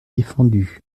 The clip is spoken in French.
défendu